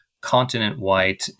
continent-wide